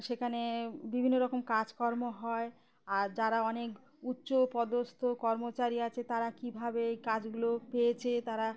সেখানে বিভিন্ন রকম কাজকর্ম হয় আর যারা অনেক উচ্চ পদস্থ কর্মচারী আছে তারা কীভাবে এই কাজগুলো পেয়েছে তারা